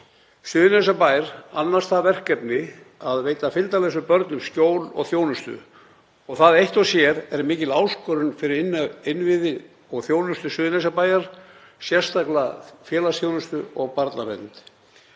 Suðurnesjabær annast það verkefni að veita fylgdarlausum börnum skjól og þjónustu og það eitt og sér er mikil áskorun fyrir innviði og þjónustu Suðurnesjabæjar, sérstaklega fyrir félagsþjónustu og barnavernd.